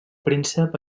príncep